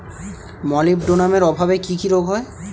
মলিবডোনামের অভাবে কি কি রোগ হয়?